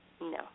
no